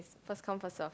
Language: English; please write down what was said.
first come first serve